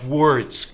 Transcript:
words